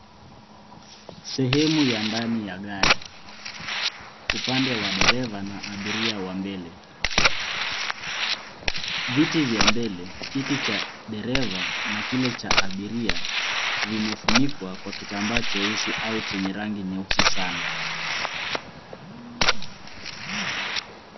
Sehemu ya ndani ya gari. Upande wa dereva na abiria wa mbele. Viti vya mbele, kiti cha dereva na kile cha abiria, vimefunikwa kwa kitambaa cheusi au chenye rangi nyeusi sana.